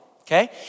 okay